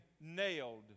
nailed